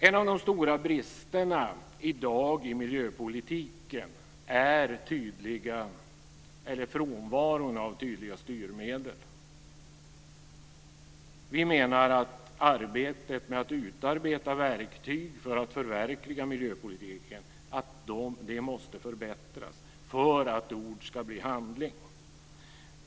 En av de största bristerna i dag i miljöpolitiken är frånvaron av tydliga styrmedel. Vi menar att arbetet med utarbetande av verktyg för att förverkliga miljöpolitiken måste förbättras för att ord ska bli handling.